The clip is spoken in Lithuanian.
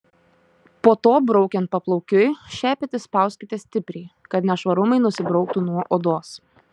po to braukiant paplaukiui šepetį spauskite stipriai kad nešvarumai nusibrauktų nuo odos